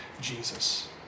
Jesus